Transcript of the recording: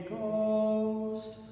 Ghost